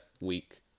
week